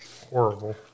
horrible